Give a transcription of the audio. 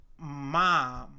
mom